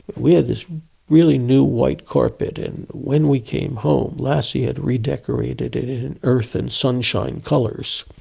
we had this really new white carpet and when we came home lassie had redecorated it in earth and sunshine colours.